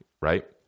Right